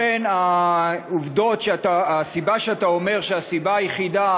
לכן, אתה אומר שהסיבה היחידה